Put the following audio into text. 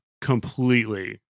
completely